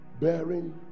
bearing